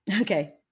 okay